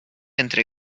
entre